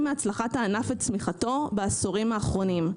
מהצלחת הענף וצמיחתו בעשורים האחרונים.